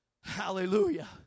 Hallelujah